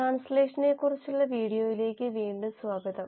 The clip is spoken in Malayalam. ട്രാൻസ്ലേഷനെക്കുറിച്ചുള്ള വീഡിയോയിലേക്ക് വീണ്ടും സ്വാഗതം